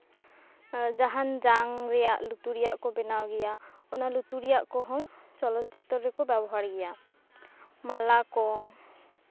ᱡᱟᱦᱟᱱ ᱡᱟᱝ ᱨᱮᱭᱟᱜ ᱞᱩᱛᱩᱨ ᱨᱮᱭᱟᱜ ᱠᱚ ᱵᱮᱱᱟᱣ ᱜᱮᱭᱟ ᱚᱱᱟ ᱞᱩᱛᱩᱨ ᱨᱮᱭᱟᱜ ᱠᱚᱦᱚᱸ ᱪᱚᱞᱚᱛ ᱪᱤᱛᱟᱹᱨ ᱨᱮᱠᱚ ᱵᱮᱵᱚᱦᱟᱨ ᱜᱮᱭᱟ ᱢᱟᱞᱟ ᱠᱚ